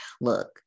look